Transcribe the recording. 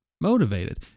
motivated